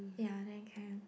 ya then can